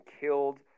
killed